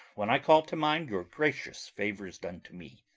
when i call to mind your gracious favours done to me,